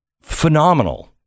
phenomenal